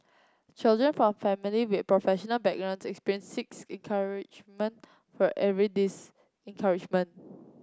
children from family with professional backgrounds experienced six encouragement for every discouragement